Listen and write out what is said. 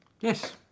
Yes